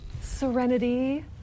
Serenity